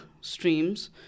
streams